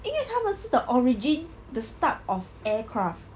因为他们是 the origin the start of aircraft